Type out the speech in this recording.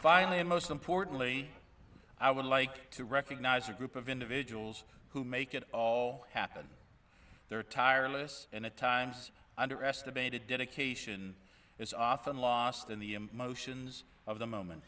finally and most importantly i would like to recognize a group of individuals who make it all happen their tireless and at times underestimated dedication is often lost in the emotions of the moment